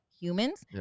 humans